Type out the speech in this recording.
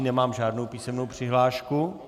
Nemám žádnou písemnou přihlášku.